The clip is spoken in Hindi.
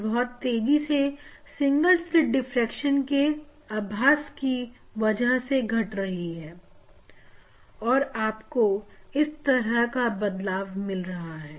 यह बहुत तेजी से सिंगल स्लित डिफ्रेक्शन के आभास की वजह से घट रही है और आपको इस तरह का बदलाव मिल रहा है